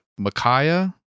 Makaya